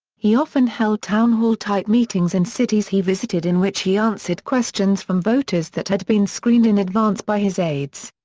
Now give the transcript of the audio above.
he often held town hall type meetings in cities he visited in which he answered questions from voters that had been screened in advance by his aides.